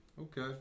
Okay